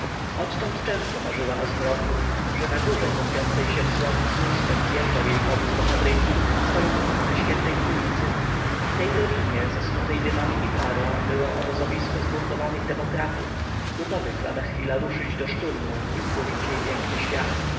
odtąd często marzyła o zmroku że na górze kąpiącej się w słońcu zkąd zjeżdżał jej powóz do fabryki stoją okopy św trójcy a w tej dolinie zasnutej dymami i parą było obozowisko zbuntowanych demokratów gotowych lada chwila ruszyć do szturmu i zburzyć jej piękny świat